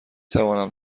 توانم